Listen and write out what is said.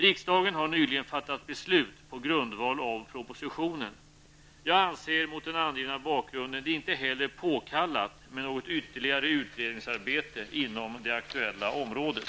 Riksdagen har nyligen fattat beslut på grundval av propositionen . Jag anser mot den angivna bakgrunden det inte heller påkallat med något ytterligare utredningsarbete inom det aktuella området.